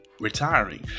Retiring